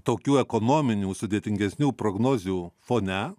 tokių ekonominių sudėtingesnių prognozių fone